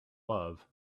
love